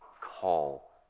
call